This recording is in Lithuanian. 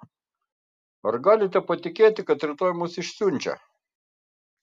ar galite patikėti kad rytoj mus išsiunčia